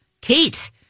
Kate